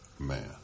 Man